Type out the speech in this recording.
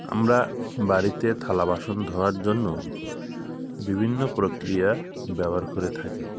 আমরা বাড়িতে থালা বাসন ধোয়ার জন্য বিভিন্ন প্রক্রিয়া ব্যবহার করে থাকি